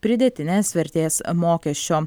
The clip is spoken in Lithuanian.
pridėtinės vertės mokesčio